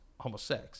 homosex